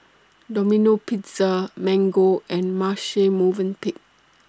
Domino Pizza Mango and Marche Movenpick